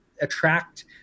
attract